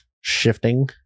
Shifting